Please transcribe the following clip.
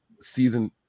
season